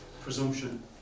Presumption